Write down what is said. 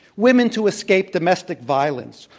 women to escape domestic violence,